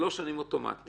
שלוש שנים אוטומטית.